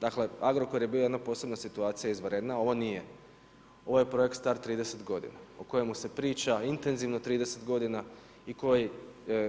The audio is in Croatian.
Dakle Agrokor je bila jedna posebna situacija izvanredna, ovo nije, ovo je projekt star 30 godina o kojemu se priča intenzivno 30 godina i koji